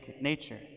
nature